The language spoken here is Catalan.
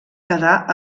quedar